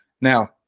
Now